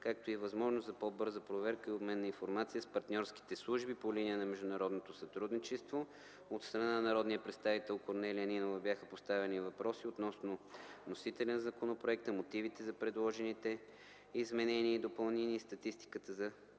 както и възможност за по-бърза проверка и обмен на информация с партньорските служби по линия на международното сътрудничество. От страна на народния представител Корнелия Нинова бяха поставени въпроси относно вносителя на законопроекта, мотивите за предложените изменения и допълнения и статистиката на